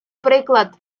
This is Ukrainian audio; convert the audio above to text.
приклад